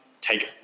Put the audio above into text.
take